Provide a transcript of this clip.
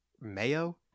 mayo